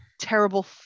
terrible